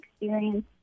experience